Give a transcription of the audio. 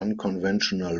unconventional